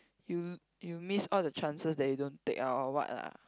you'll you miss all the chances that you don't take ah or what lah